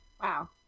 Wow